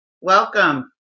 Welcome